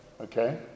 okay